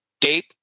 date